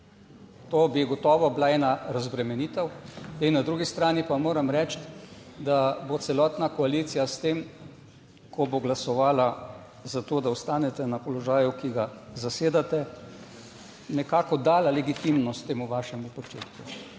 To bi gotovo bila ena razbremenitev. Zdaj na drugi strani pa moram reči, da bo celotna koalicija s tem, ko bo glasovala za to, da ostanete na položaju, ki ga zasedate, nekako dala legitimnost temu vašemu početju.